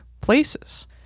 places